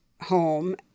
home